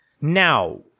Now